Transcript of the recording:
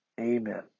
Amen